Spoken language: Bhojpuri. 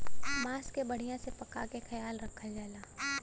मांस के बढ़िया से पका के खायल जाला